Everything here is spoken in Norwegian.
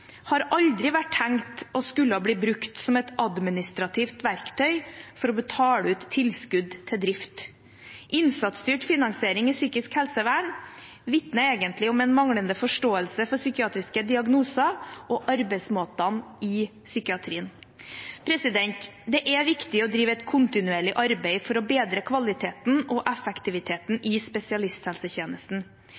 har aldri vært tenkt å skulle bli brukt som et administrativt verktøy for å betale ut tilskudd til drift. Innsatsstyrt finansiering i psykisk helsevern vitner egentlig om en manglende forståelse for psykiatriske diagnoser og arbeidsmåtene i psykiatrien. Det er viktig å drive et kontinuerlig arbeid for å bedre kvaliteten og effektiviteten